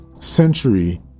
century